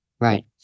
right